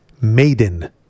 maiden